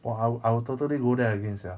!wah! I would I would totally go there again sia